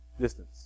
distance